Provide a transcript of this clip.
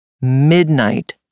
midnight